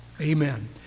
amen